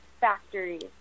factories